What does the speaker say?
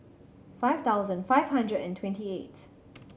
five thousand five hundred and twenty eight